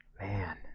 Man